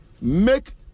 Make